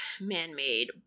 man-made